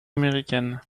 américaine